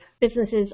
businesses